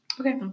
Okay